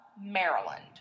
Maryland